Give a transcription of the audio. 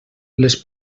les